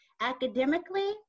academically